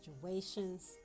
situations